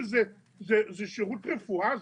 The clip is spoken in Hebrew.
שזה שירות רפואה,